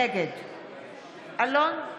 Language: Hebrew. נגד אלון טל,